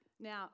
now